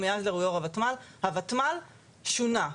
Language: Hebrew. הותמ"ל שונה.